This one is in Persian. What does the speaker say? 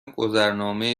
گذرنامه